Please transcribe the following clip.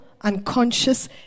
unconscious